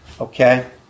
Okay